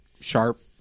sharp